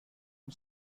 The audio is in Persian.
اون